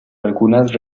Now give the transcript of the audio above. algunas